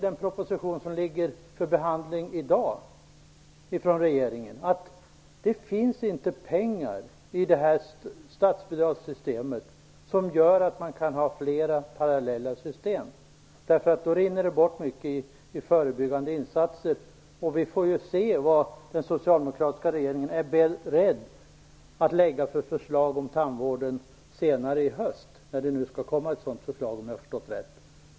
Den proposition som vi behandlar i dag visar att det i det här statsbidragssystemet inte finns tillräckligt med pengar för flera parallella system. Det skulle nämligen innebära att mycket skulle rinna bort i förebyggande insatser. Vi får se vad den socialdemokratiska regeringen är beredd att lägga fram för förslag om tandvården senare i höst, då det, om jag har förstått saken rätt, skall komma ett förslag på det området.